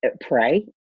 pray